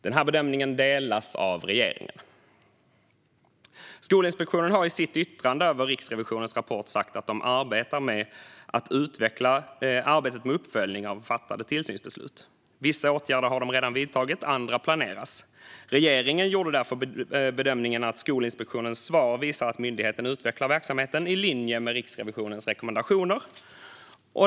Denna bedömning delas av regeringen. Skolinspektionen har i sitt yttrande över Riksrevisionens rapport sagt att de arbetar med att utveckla arbetet med uppföljning av fattade tillsynsbeslut. Vissa åtgärder har de redan vidtagit, andra planeras. Regeringen har gjort bedömningen att Skolinspektionens svar visar att myndigheten utvecklar verksamheten i linje med Riksrevisionens rekommendationer.